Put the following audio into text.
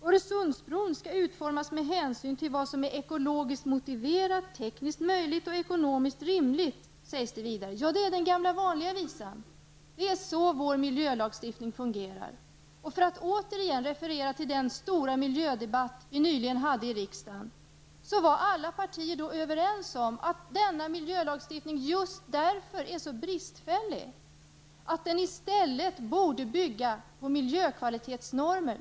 Öresundsbron skall utformas med hänsyn till vad som är ekologiskt motiverat, tekniskt möjligt och ekonomiskt rimligt, sägs det vidare. Det är den gamla vanliga visan. Det är så vår miljölagstiftning fungerar. Jag vill återigen referera till den stora miljödebatt som vi nyligen hade i riksdagen. Då var alla partier överens om att denna miljölagstiftning just därför är så bristfällig att den i stället borde bygga på miljökvalitetsnormer.